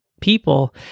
people